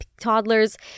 toddlers